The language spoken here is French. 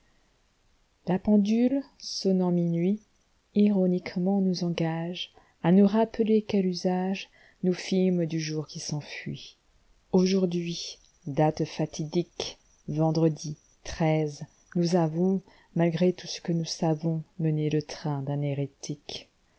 la pendule sonnant minuit ironiquement nous engagea nous rappeler quel usagenous fîmes du jour qui s'enfuit s aujourd'hui date fatidique vendredi treize nous avons malgré tout ce que nous savons mené le train d'un hérétique